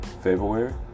February